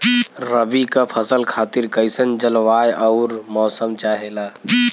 रबी क फसल खातिर कइसन जलवाय अउर मौसम चाहेला?